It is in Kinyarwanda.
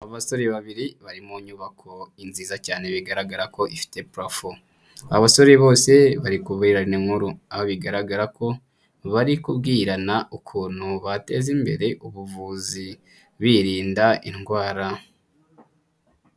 Abasore babiri bari mu nyubako nziza cyane bigaragara ko ifite purafo. Abasore bose bari kubwirana inkuru, aho bigaragara ko bari kubwirana ukuntu bateza imbere ubuvuzi, birinda indwara.